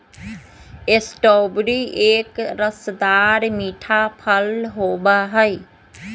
strawberry एक रसदार मीठा फल होबा हई